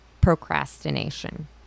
procrastination